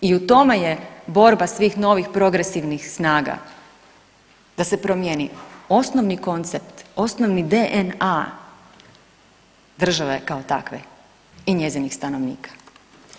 I u tome je borba svih novih progresivnih snaga da se promijeni osnovni koncept osnovni DNA države kao takve i njezinih stanovnika.